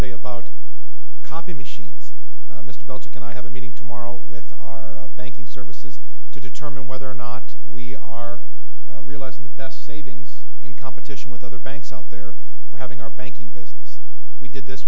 say about copy machines mr belcher can i have a meeting tomorrow with our banking services to determine whether or not we are realizing the best savings in competition with other banks out there for having our banking business we did this